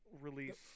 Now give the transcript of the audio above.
release